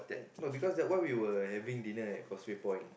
no because that one we were having dinner at Causeway-Point